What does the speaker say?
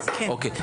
אוקיי,